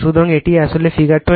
সুতরাং এটি আসলে ফিগার 29